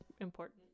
important